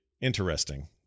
interesting